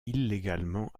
illégalement